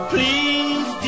Please